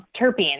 terpenes